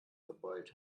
verbeult